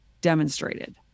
demonstrated